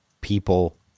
people